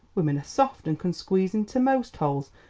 women are soft, and can squeeze into most holes,